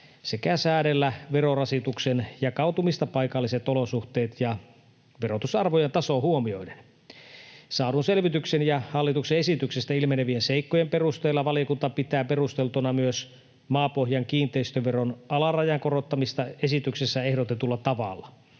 sekä säädellä verorasituksen jakautumista paikalliset olosuhteet ja verotusarvojen taso huomioiden. Saadun selvityksen ja hallituksen esityksestä ilmenevien seikkojen perusteella valiokunta pitää perusteltuna myös maapohjan kiinteistöveron alarajan korottamista esityksessä ehdotetulla tavalla.